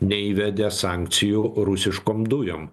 neįvedė sankcijų rusiškom dujom